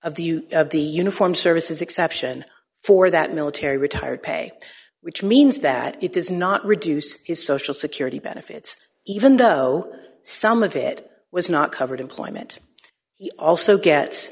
use of the uniform services exception for that military retired pay which means that it does not reduce his social security benefits even though some of it was not covered employment he also get